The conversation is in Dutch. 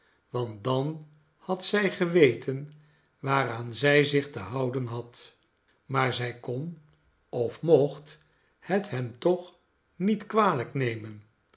want dan had zij geweten waaraan zij zich te houden had maar zij kon of mocht het hem toch niet kwalijk nemen